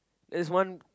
it's one